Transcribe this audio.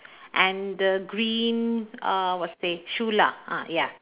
and the green uh what say shoe lah ah ya